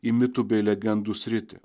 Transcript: į mitų bei legendų sritį